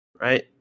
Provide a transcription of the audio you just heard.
right